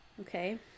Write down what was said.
okay